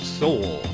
soul